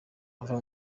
bava